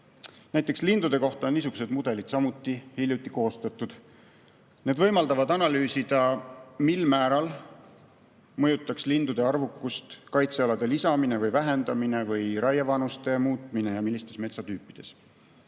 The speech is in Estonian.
Näiteks lindude kohta on niisugused mudelid samuti hiljuti koostatud. Need võimaldavad analüüsida, mil määral mõjutaks lindude arvukust kaitsealade lisamine või vähendamine või raievanuste muutmine ja millistes metsatüüpides. Samuti